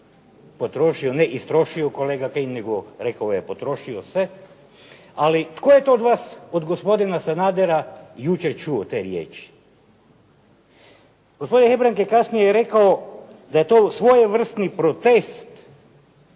potrošio se, ne istrošio kolega Kajin nego rekao je potrošio se. Ali tko je to od vas od gospodina Sanadera jučer čuo te riječi? Gospodin Hebrang je kasnije rekao da je to svojevrsni protest